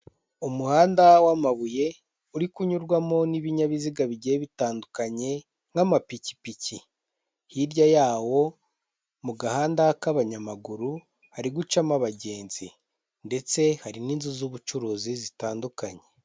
Umuhanda w'amabuye uri kunyurwamo n'ibinyabiziga bigiye bitandukanye nk'amapikipiki, hirya yawo mu gahanda k'abanyamaguru hari gucamo abagenzi ndetse hari n'inzu z'ubucuruzi zitandukanye.